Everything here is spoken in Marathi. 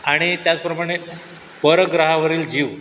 आणि त्याचप्रमाणे परग्रहावरील जीव